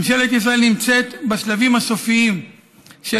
ממשלת ישראל נמצאת בשלבים הסופיים של